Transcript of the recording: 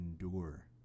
endure